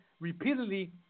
repeatedly